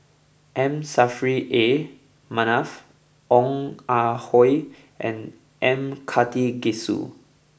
M Saffri A Manaf Ong Ah Hoi and M Karthigesu